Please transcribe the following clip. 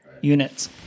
units